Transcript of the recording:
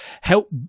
help